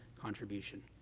contribution